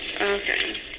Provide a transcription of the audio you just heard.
Okay